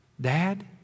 Dad